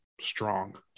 strong